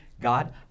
God